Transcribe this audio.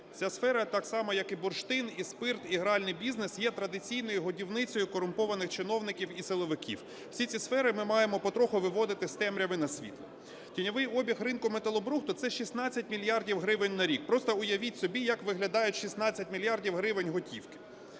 Ця сфера так само, як і бурштин, і спирт, і гральний бізнес, є традиційною годівницею корумпованих чиновників і силовиків. Усі ці сфери ми маємо потроху виводити з темряви на світ. Тіньовий обіг ринку металобрухту – це 16 мільярдів гривень на рік. Просто уявіть собі, як виглядають 16 мільярдів гривень готівки,